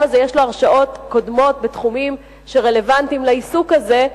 הזה יש לו הרשעות קודמות בתחומים שרלוונטיים לעיסוק הזה,